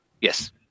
Yes